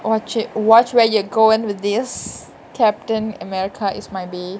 watch it watch where you are going with this captain america is my bae